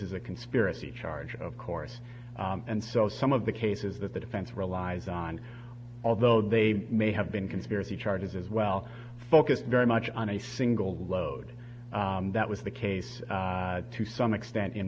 is a conspiracy charge of course and so some of the cases that the defense relies on although they may have been conspiracy charges as well focused very much on a single load that was the case to some extent in